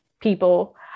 people